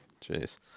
Jeez